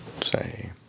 say